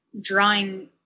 drawing